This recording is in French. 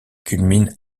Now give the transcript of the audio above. culmine